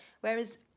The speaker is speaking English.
whereas